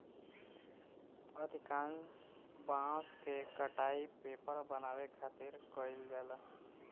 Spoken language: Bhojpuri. अधिकांश बांस के कटाई पेपर बनावे खातिर कईल जाला